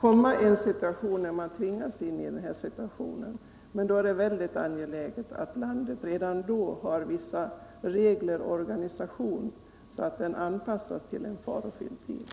Herr talman! Man kan komma att tvingas in i den situationen. Då är det angeläget att landet redan har vissa regler och viss organisation som är anpassad till en farofylld tid.